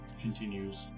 continues